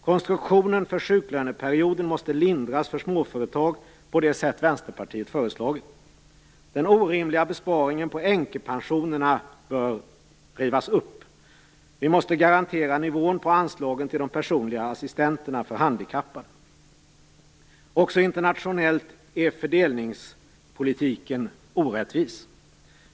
Konstruktionen för sjuklöneperioden måste lindras för småföretag på det sätt som Vänsterpartiet har föreslagit. Den orimliga besparingen på änkepensionerna bör rivas upp. Vi måste garantera nivån på anslagen till de personliga assistenterna för handikappade. Också internationellt är fördelningspolitiken orättvis.